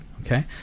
okay